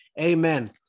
Amen